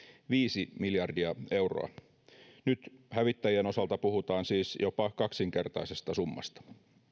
viisi miljardia euroa nyt hävittäjien osalta puhutaan siis jopa kaksinkertaisesta summasta